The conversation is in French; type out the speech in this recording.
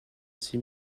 six